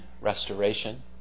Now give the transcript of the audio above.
restoration